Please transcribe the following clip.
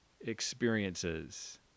experiences